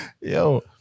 yo